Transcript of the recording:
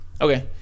Okay